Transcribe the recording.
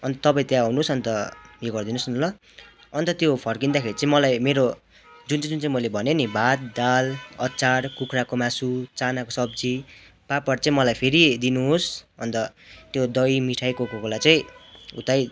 अनि तपाईँ त्यहाँ आउनुहोस् अन्त यो गरिदिनुहोस् न ल अन्त त्यो फर्किँदाखेरि चाहिँ मलाई मेरो जुन चाहिँ जुन चाहिँ मैले भने नि भात दाल अचार कुखुराको मासु चानाको सब्जी पापड चाहिँ मलाई फेरि दिनुहोस् अन्त त्यो दही मिठाई कोकाकोला चाहिँ उतै